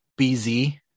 BZ